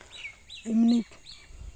ᱮᱢᱱᱤ